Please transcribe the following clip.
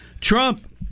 Trump